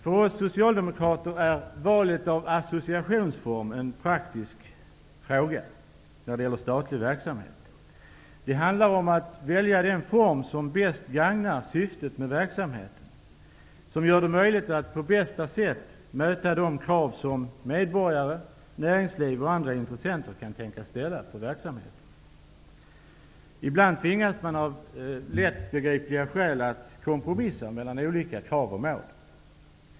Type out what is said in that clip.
För oss socialdemokrater är valet av associationsform en praktisk fråga när det gäller statlig verksamhet. Det handlar om att välja den form som bäst gagnar syftet med verksamheten och som gör det möjligt att på bästa sätt möta de krav som medborgare, näringsliv och andra intressenter kan tänkas ställa på verksamheten. Ibland tvingas man av lättbegripliga skäl att kompromissa mellan olika krav och mål.